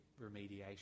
remediation